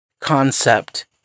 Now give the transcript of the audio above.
concept